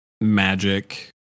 magic